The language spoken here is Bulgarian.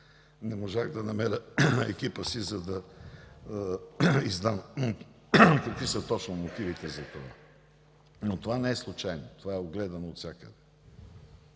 не можах да намеря екипа си, за да кажа какви са точно мотивите за това. Това не е случайно и е огледано отвсякъде.